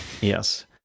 Yes